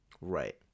Right